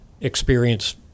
experience